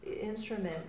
instrument